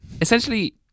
Essentially